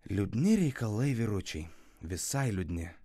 liūdni reikalai vyručiai visai liūdni